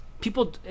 people